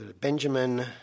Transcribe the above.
Benjamin